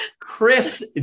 Chris